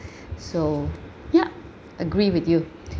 so ya agree with you